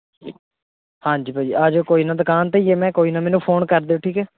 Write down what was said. ਹਾਂਜੀ ਭਾ ਜੀ ਆ ਜਿਓ ਕੋਈ ਨਾ ਦੁਕਾਨ 'ਤੇ ਹੀ ਮੈਂ ਕੋਈ ਨਾ ਮੈਨੂੰ ਫ਼ੋਨ ਕਰ ਦਿਓ ਠੀਕ ਹੈ